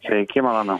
sveiki malonu